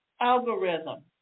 algorithm